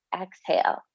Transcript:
exhale